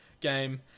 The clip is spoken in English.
game